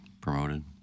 promoted